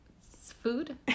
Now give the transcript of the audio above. food